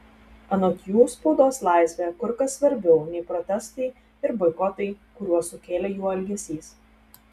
anot jų spaudos laisvė kur kas svarbiau nei protestai ir boikotai kuriuos sukėlė jų elgesys